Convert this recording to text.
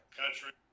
country